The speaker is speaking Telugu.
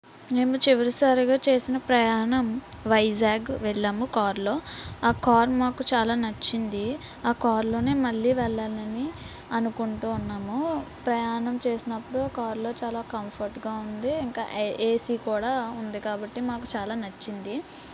మేము చివరిసారిగా చేసిన ప్రయాణం వైజాగ్ వెళ్ళాము కార్లో ఆ కార్ మాకు చాలా నచ్చింది ఆ కార్లోనే మళ్ళీ వెళ్ళాలి అని అనుకుంటూ ఉన్నాము ప్రయాణం చేసినప్పుడు కార్లో చాలా కంఫర్ట్గా ఉంది ఇంక ఏసి కూడా ఉంది కాబట్టి మాకు చాలా నచ్చింది